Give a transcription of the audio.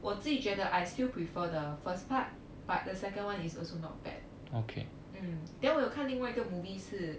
我自己觉得 I still prefer the first part but the second one is also not bad mm then 我有看另外一个 movie 是